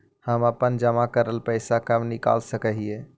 हम अपन जमा करल पैसा कब निकाल सक हिय?